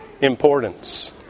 importance